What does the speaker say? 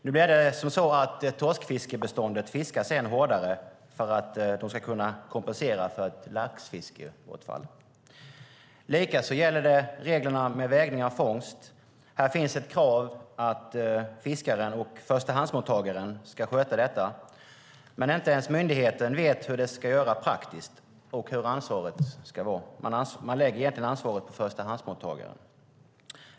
Nu blir det så att torskbeståndet fiskas än hårdare för att de ska kunna kompensera för ett laxfiskebortfall. Likaså gäller det reglerna med vägning av fångst. Här finns ett krav att fiskaren och förstahandsmottagaren ska sköta detta. Men inte ens myndigheten vet hur det ska göras praktiskt och hur ansvaret ska vara. Man lägger egentligen ansvaret på förstahandsmottagaren.